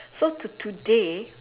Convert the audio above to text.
so till today